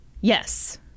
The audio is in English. Yes